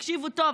תקשיבו טוב,